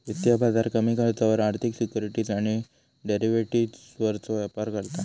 वित्तीय बाजार कमी खर्चावर आर्थिक सिक्युरिटीज आणि डेरिव्हेटिवजचो व्यापार करता